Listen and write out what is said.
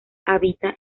habita